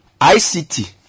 ICT